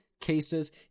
cases